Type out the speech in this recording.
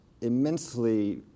immensely